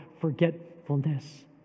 forgetfulness